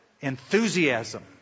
enthusiasm